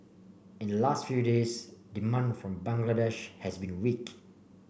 in the last few days demand from Bangladesh has been weak